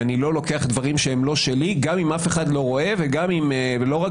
ואני לא לוקח דברים שהם לא שלי גם אם אף אחד לא רואה ולא רק